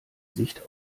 sicht